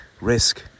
risk